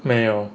没有